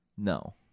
No